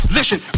Listen